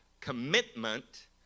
commitment